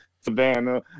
Savannah